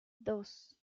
dos